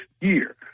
year